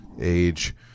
age